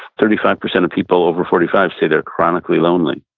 thirty five percent of people over forty five say they're chronically lonely.